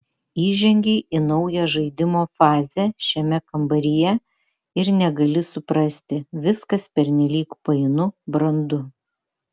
įžengei į naują žaidimo fazę šiame kambaryje ir negali suprasti viskas pernelyg painu brandu